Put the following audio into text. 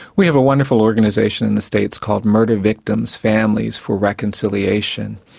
we have a wonderful organisation in the states called murder victims' families for reconciliation,